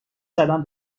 زدم